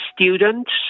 students